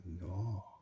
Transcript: no